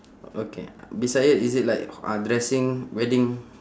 okay beside it is it like uh dressing wedding